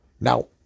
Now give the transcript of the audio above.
Now